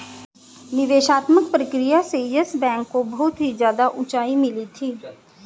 निवेशात्मक प्रक्रिया से येस बैंक को बहुत ही ज्यादा उंचाई मिली थी